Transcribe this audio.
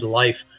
life